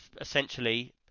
essentially